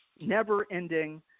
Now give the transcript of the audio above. never-ending